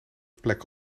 plek